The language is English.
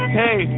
hey